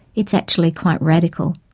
it's actually quite radical.